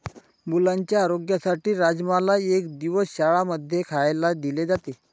मुलांच्या आरोग्यासाठी राजमाला एक दिवस शाळां मध्येही खायला दिले जाते